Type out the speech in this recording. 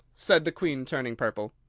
said the queen, turning purple.